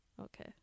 Okay